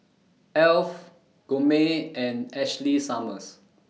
Alf Gourmet and Ashley Summers